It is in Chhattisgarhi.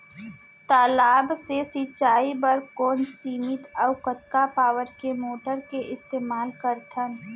तालाब से सिंचाई बर कोन सीमित अऊ कतका पावर के मोटर के इस्तेमाल करथन?